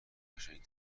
قشنگ